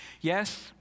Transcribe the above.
Yes